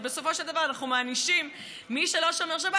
בסופו של דבר אנחנו מענישים: מי שלא שומר שבת,